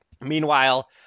Meanwhile